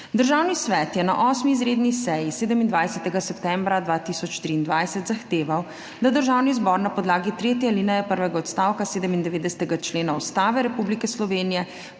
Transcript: Državni svet je na 8. izredni seji 27. septembra 2023 zahteval, da Državni zbor na podlagi tretje alineje prvega odstavka 97. člena Ustave Republike Slovenije